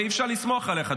ואי-אפשר לסמוך עליך,